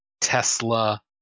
Tesla